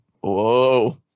whoa